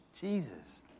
Jesus